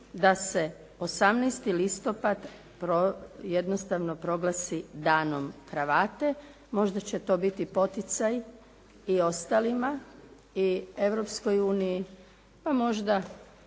da se 18. listopad jednostavno proglasi Danom kravate. Možda će to biti poticaj i ostalima, i Europskoj uniji, pa možda